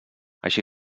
així